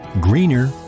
greener